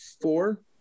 four